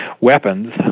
weapons